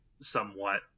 somewhat